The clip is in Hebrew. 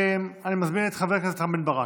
אני מזמין את חבר הכנסת רם בן ברק,